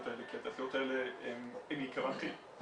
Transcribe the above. האלה כי התעשיות האלה הן --- חיוביות,